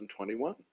2021